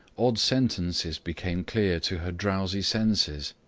odd sentences became clear to her drowsy senses.